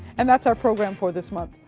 and that's our program for this month.